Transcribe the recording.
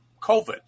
COVID